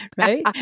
Right